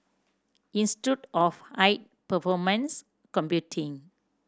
Institute of High Performance Computing